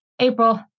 April